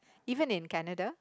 even in Canada